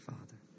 Father